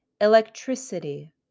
electricity